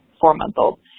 four-month-old